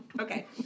Okay